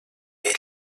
ella